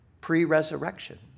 Pre-resurrection